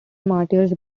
martyrs